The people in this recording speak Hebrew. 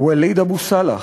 וליד אבו סאלח,